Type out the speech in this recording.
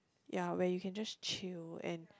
ya where you can just chill and